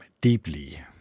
deeply